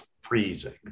freezing